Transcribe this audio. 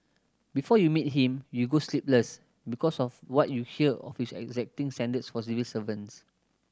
before you meet him you go sleepless because of what you hear of his exacting standards for civil servants